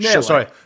Sorry